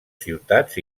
ciutats